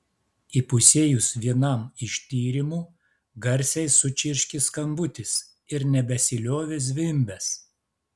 įpusėjus vienam iš tyrimų garsiai sučirškė skambutis ir nebesiliovė zvimbęs